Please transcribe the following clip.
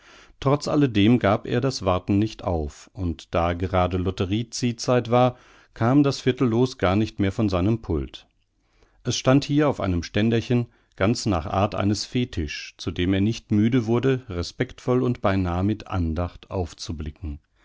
trotz alledem gab er das warten nicht auf und da gerade lotterie ziehzeit war kam das viertelloos gar nicht mehr von seinem pult es stand hier auf einem ständerchen ganz nach art eines fetisch zu dem er nicht müde wurde respektvoll und beinah mit andacht aufzublicken